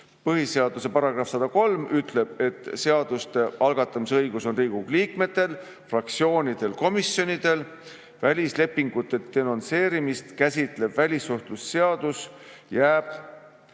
Põhiseaduse § 103 ütleb, et seaduste algatamise õigus on Riigikogu liikmetel, fraktsioonidel, komisjonidel. Välislepingute denonsseerimist käsitlev välissuhtlemisseadus jääb